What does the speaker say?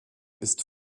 ist